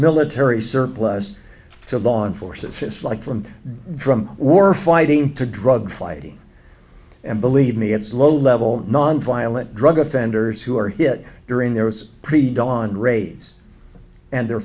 military surplus to law enforcement fish like from drum were fighting to drug fighting and believe me it's low level nonviolent drug offenders who are hit during those pre dawn raise and their